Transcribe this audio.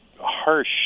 harsh